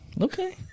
Okay